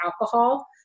alcohol